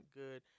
good